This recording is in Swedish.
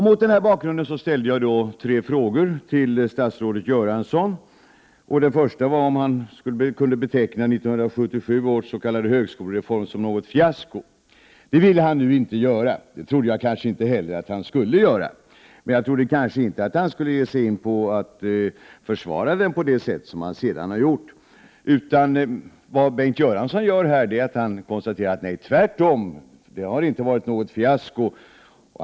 Mot denna bakgrund ställde jag tre frågor till statsrådet Göransson. Den första var om han kunde beteckna 1977 års s.k. högskolereform som ett fiasko. Det ville han nu inte göra. Jag trodde kanske inte att han skulle göra det, men jag trodde inte heller att han skulle försvara den på det sätt som han sedan har gjort. Vad Bengt Göransson gör är att konstatera att högskolereformen inte har varit något fiasko — tvärtom.